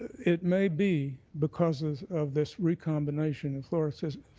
it may be because of this recombination of fluoralsilicates